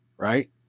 Right